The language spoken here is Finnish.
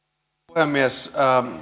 puhemies